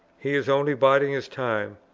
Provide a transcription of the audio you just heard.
he is only biding his time,